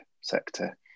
sector